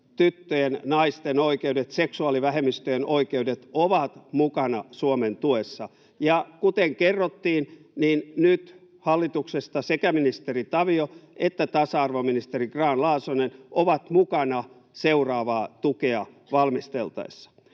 tyttöjen ja naisten oikeudet sekä seksuaalivähemmistöjen oikeudet ovat mukana Suomen tuessa. Ja kuten kerrottiin, nyt hallituksesta sekä ministeri Tavio että tasa-arvoministeri Grahn-Laasonen ovat mukana seuraavaa tukea valmisteltaessa.